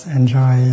enjoy